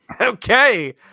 okay